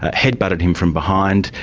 ah head butted him from behind.